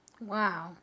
Wow